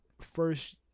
first